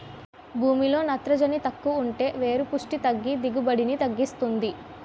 భూమిలో నత్రజని తక్కువుంటే వేరు పుస్టి తగ్గి దిగుబడిని తగ్గిస్తుంది